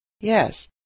Yes